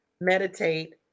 meditate